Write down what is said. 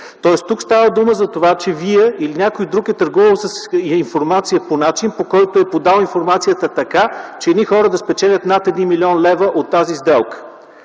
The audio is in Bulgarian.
Тоест, тук става дума за това, че Вие или някой друг е търгувал с информация по начин, по който е подал информацията така, че едни хора да спечелят над 1 млн. лв. от тази сделка.